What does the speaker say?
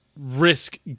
risk